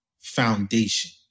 foundation